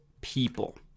people